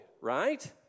right